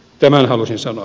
tämän halusin sanoa